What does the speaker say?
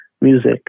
music